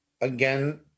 Again